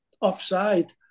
offside